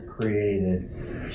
created